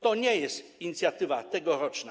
To nie jest inicjatywa tegoroczna.